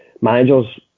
managers